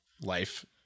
life